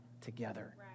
together